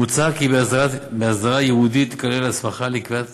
מוצע כי בהסדרה ייעודית תיכלל הסמכה לקביעה